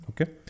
Okay